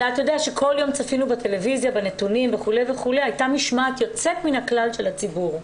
שבכל יום צפינו בטלוויזיה בנתונים הייתה משמעת יוצאת מן הכלל של הציבור,